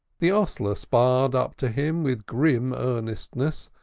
the hostler sparred up to him with grim earnestness,